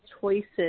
choices